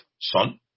Son